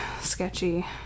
sketchy